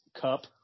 Cup